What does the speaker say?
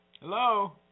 Hello